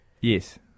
Yes